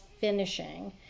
finishing